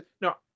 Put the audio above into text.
No